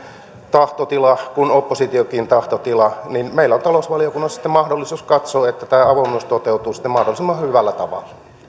kuin oppositionkin tahtotila niin meillä on talousvaliokunnassa sitten mahdollisuus katsoa että tämä avoimuus toteutuu mahdollisimman hyvällä tavalla